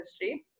history